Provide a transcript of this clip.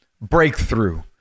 breakthrough